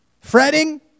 Fretting